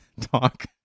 talk